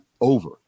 over